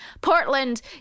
Portland